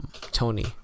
tony